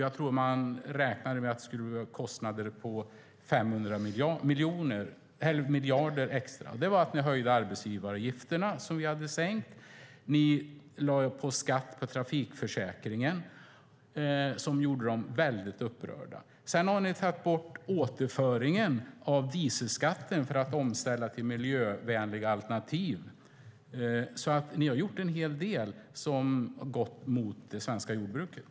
Jag tror att man räknade med att det skulle bli extra kostnader på 500 miljarder. Det var att ni höjde arbetsgivaravgifterna, som vi hade sänkt, och att ni lade på skatt på trafikförsäkringen som gjorde dem väldigt upprörda. Sedan har ni tagit bort återföringen av dieselskatten för att ställa om till miljövänliga alternativ. Ni har gjort en hel del som gått mot det svenska jordbruket.